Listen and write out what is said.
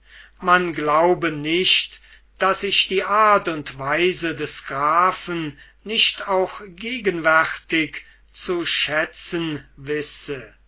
man glaube nicht daß ich die art und weise des grafen nicht auch gegenwärtig zu schätzen wisse